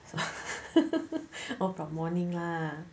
oh from morning lah